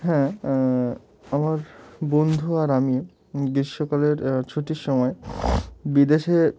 হ্যাঁ আমার বন্ধু আর আমি গ্রীষ্মকালের ছুটির সময় বিদেশে